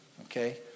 Okay